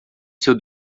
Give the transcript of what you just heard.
seu